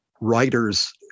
writers